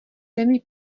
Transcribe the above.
třemi